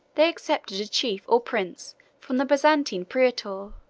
they accepted a chief or prince from the byzantine praetor,